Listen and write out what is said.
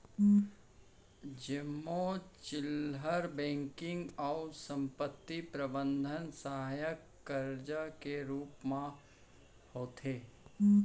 जेमा चिल्लहर बेंकिंग अउ संपत्ति प्रबंधन सहायक कारज के रूप म होथे